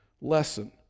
Lesson